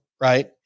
Right